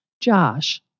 Josh